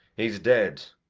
he's dead.